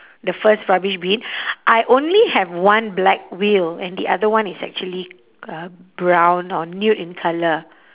the first rubbish bin I only have one black wheel and the other one is actually uh brown or nude in colour